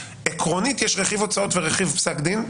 עקרונית יש רכיב הוצאות ורכיב פסק דין,